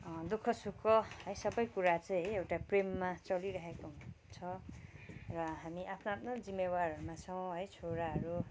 दुखः सुखः है सबै कुरा चाहिँ एउटा प्रेममा चलिरहेको छ र हामी आफ्नो आफ्नो जिम्मेवारहरूमा छौँ है छोराहरू